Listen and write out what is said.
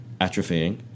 atrophying